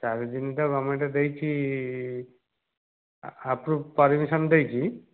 ଚାରି ଦିନ ତ ଗଭର୍ନମେଣ୍ଟ ଦେଇଛି ଆପ୍ରୁଭ ପରମିଶନ୍ ଦେଇଛି